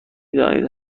دانید